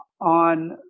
on